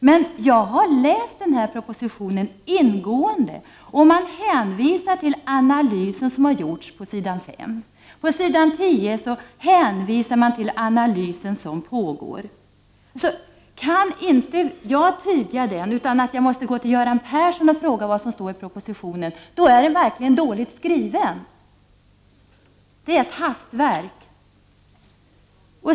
Men jag har läst propositionen ingående, och i den hänvisas till den analys som finns på s. 5. På s. 10 hänvisar man till det analysarbete som pågår. Om inte jag kan tyda vad som står där utan måste gå till Göran Persson och fråga om det, då är propositionen dåligt skriven. Det är ett hastverk.